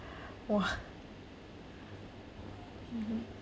!wah! mmhmm